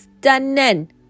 stunning